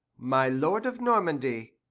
my lord of normandy,